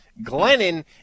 Glennon